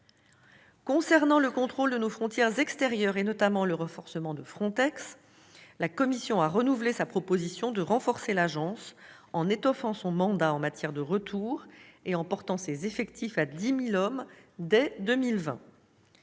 Concernant le contrôle de nos frontières extérieures, notamment le renforcement de FRONTEX, la Commission a renouvelé sa proposition de renforcer l'Agence, en étoffant son mandat en matière de retour et en portant ses effectifs à 10 000 hommes dès 2020.